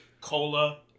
cola